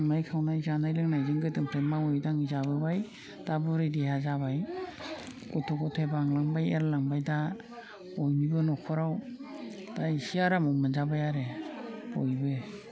संनाय खावनाय जानाय लोंनायजों गोदो मावै दाङै जाबोबाय दा बुरै देहा जाबाय गथ' गथाय बांलांबाय एरलांबाय दा बयनिबो न'खराव दा एसे आरामाव मोनजाबाय आरो बयबो